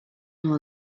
nhw